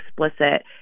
explicit